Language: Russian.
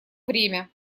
время